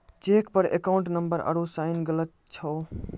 cheque पर account number आरू sign गलत छौ